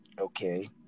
okay